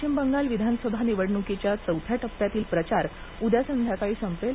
पश्चिम बगाल विधानसभा निवडणुकीच्या चौथ्या टप्प्यातील प्रचार उद्या संध्याकाळी संपेल